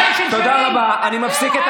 אני מבקש להפסיק.